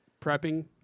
prepping